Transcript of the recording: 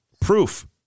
Proof